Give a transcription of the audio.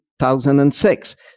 2006